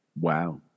Wow